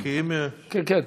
כי אם, כן, כן.